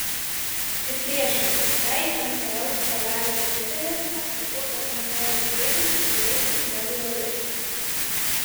ir priešingai jei mtl dalelės didelės apskaičiuotas mtl kiekis bus didesnis negu realus